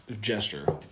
gesture